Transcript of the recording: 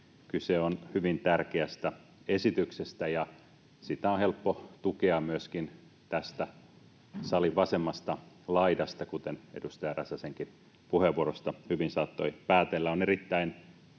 Kyse on hyvin tärkeästä esityksestä, ja sitä on helppo tukea myöskin täältä salin vasemmasta laidasta, kuten edustaja Räsäsenkin puheenvuorosta hyvin saattoi päätellä.